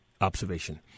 observation